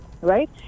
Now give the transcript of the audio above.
right